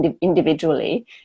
individually